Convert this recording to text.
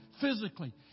physically